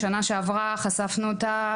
בשנה שעברה חשפנו סייעת שעבדה במעון,